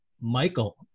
Michael